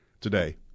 today